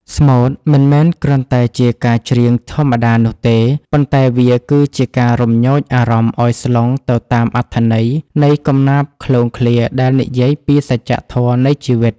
ស្មូតមិនមែនគ្រាន់តែជាការច្រៀងធម្មតានោះទេ ប៉ុន្តែវាគឺជាការរំញោចអារម្មណ៍ឱ្យស្លុងទៅតាមអត្ថន័យនៃកំណាព្យឃ្លោងឃ្លាដែលនិយាយពីសច្ចធម៌នៃជីវិត។